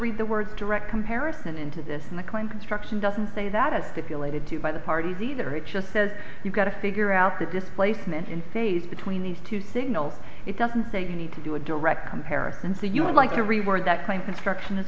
read the words direct comparison into this and the claim construction doesn't say that as they feel a bit too by the parties either it just says you've got to figure out the displacement in phase between these two signals it doesn't say you need to do a direct comparison so you would like to reword that claim construction as